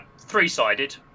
three-sided